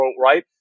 right